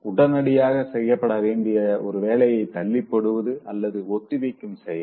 உடனடியாக செய்யப்பட வேண்டிய ஒரு வேலையை தள்ளிப்போடுவது அல்லது ஒத்தி வைக்கும் செயல்